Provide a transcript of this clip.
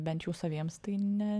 bent jau saviems tai ne